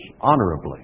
honorably